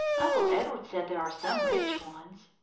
uncle edward said there were some rich ones.